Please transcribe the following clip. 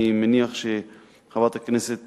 אני מניח שחברת הכנסת